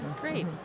Great